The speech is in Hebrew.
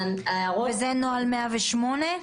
זה נוהל 108?